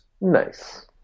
Nice